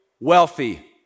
wealthy